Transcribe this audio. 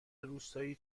روستایی